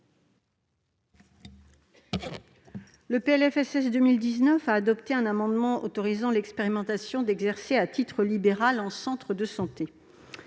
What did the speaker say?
du PLFSS pour 2019, un amendement autorisant l'expérimentation d'exercer à titre libéral en centre de santé